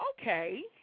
okay